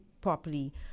properly